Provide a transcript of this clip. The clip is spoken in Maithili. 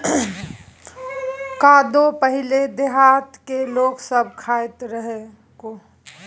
कोदो पहिले देहात केर लोक सब खाइत रहय